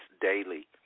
daily